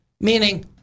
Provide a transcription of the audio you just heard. meaning